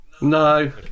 no